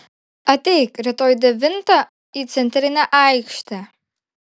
ateik rytoj devintą į centrinę aikštę